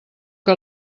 que